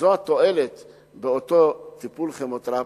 שזו התועלת באותו טיפול כימותרפי,